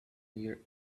near